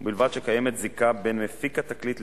ובלבד שקיימת זיקה בין מפיק התקליט לישראל,